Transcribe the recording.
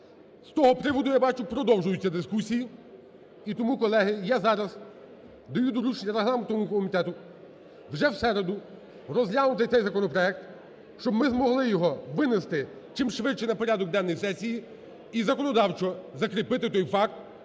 З того приводу, я бачу, продовжуються дискусії. І тому, колеги, я зараз даю доручення регламентному комітету вже в середу розглянути цей законопроект, щоб ми змогли його винести чимшвидше на порядок денний сесії і законодавчо закріпити той факт,